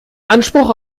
anspruch